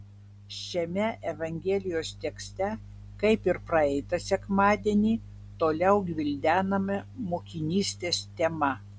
šiame evangelijos tekste kaip ir praeitą sekmadienį toliau gvildenama mokinystės tema